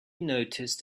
noticed